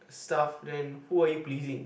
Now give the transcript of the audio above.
stuff then who are you pleasing